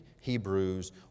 Hebrews